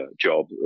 job